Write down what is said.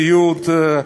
ציוד,